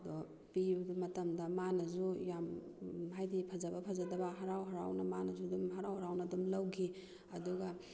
ꯑꯗꯣ ꯄꯤꯕꯗꯣ ꯃꯇꯝꯗ ꯃꯥꯅꯁꯨ ꯌꯥꯝ ꯍꯥꯏꯗꯤ ꯐꯖꯕ ꯐꯖꯗꯕ ꯍꯔꯥꯎ ꯍꯔꯥꯎꯅ ꯃꯥꯅꯁꯨ ꯑꯗꯨꯝ ꯍꯔꯥꯎ ꯍꯔꯥꯎꯅ ꯑꯗꯨꯝ ꯂꯧꯈꯤ ꯑꯗꯨꯒ